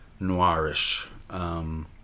noirish